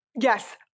Yes